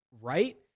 right